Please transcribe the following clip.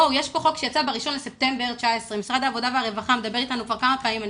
בואו יש פה חוק שיצא ב-1 לספטמבר 2019. משרד העבודה והרווחה מדבר אתנו כבר כמה פעמים.